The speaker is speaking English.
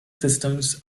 systems